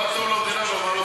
מה טוב למדינה ומה לא.